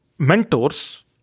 Mentors